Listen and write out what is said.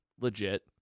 legit